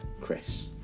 Chris